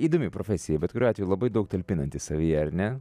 įdomi profesija bet kuriuo atveju labai daug talpinanti savyje ar ne